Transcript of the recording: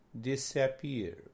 disappear